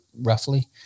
roughly